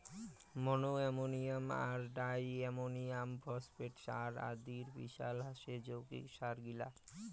মনো ammonium আর diammonium phosphate সার আদির মিশাল হসে যৌগিক সারগিলা